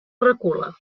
recula